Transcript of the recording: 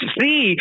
see